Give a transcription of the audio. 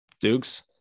Dukes